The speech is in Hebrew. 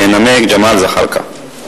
ינמק ג'מאל זחאלקה.